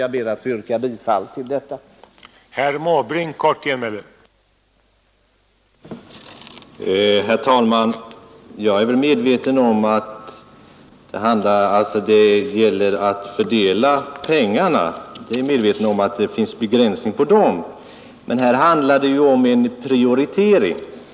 Jag ber att få yrka bifall till utskottets hemställan.